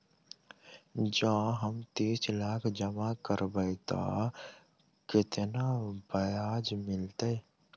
जँ हम तीस लाख जमा करबै तऽ केतना ब्याज मिलतै?